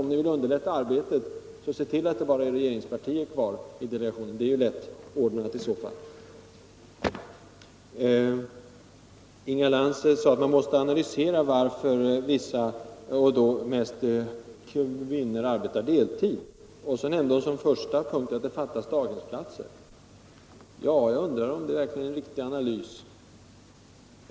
Om ni vill underlätta arbetet så se till att bara regeringspartierna är kvar i delegationen. Det kan ni ju lätt ordna. Inga Lantz sade att man måste analysera varför vissa personer, och då mest kvinnor, arbetar deltid. Så nämnde hon som första punkt att det fattas daghemsplatser, men jag undrar om det verkligen är en riktig analys.